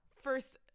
first